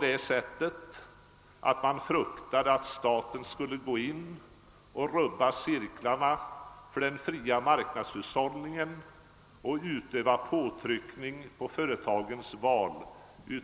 De fruktade nog att staten skulle rubba cirklarna för den fria marknadshushållningen och öva påtryckningar på företagens val